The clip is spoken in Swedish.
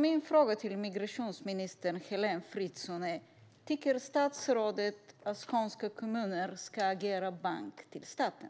Min fråga till migrationsminister Heléne Fritzon är: Tycker statsrådet att skånska kommuner ska agera bank till staten?